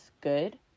good